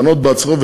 דנות בהצעות,